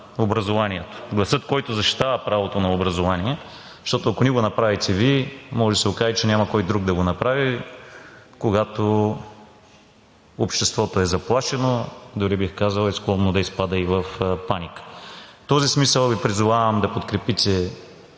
образованието, гласът, който защитава правото на образование. Защото, ако не го направите Вие, може да се окаже, че няма кой друг да го направи, когато обществото е заплашено, дори бих казал, е склонно да изпада и в паника. В този смисъл Ви призовавам да подкрепите,